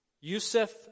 Yusuf